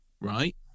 Right